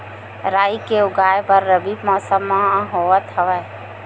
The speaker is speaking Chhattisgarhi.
राई के उगाए बर रबी मौसम होवत हवय?